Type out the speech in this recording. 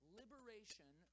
liberation